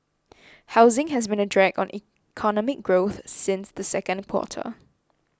housing has been a drag on economic growth since the second quarter